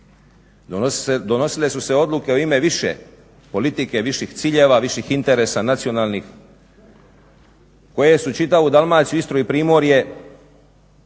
Donosile su se odluke u ime više politike, viših ciljeva, viših interesa nacionalnih koje su čitavu Dalmaciju, Istru i Primorje